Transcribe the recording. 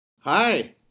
Hi